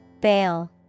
Bail